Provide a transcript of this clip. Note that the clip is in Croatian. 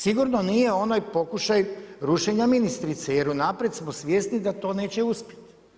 Sigurno nije onaj pokušaj rušenja ministrice jer unaprijed smo svjesni da to neće uspjeti.